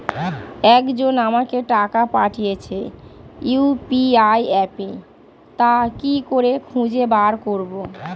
একজন আমাকে টাকা পাঠিয়েছে ইউ.পি.আই অ্যাপে তা কি করে খুঁজে বার করব?